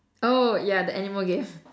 oh yeah the animal game